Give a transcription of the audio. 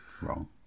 wrong